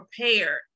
prepared